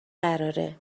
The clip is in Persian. قراره